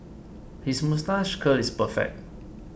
his moustache curl is perfect